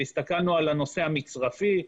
והסתכלנו על הנושא המצרפי,